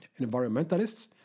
environmentalists